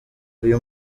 uyu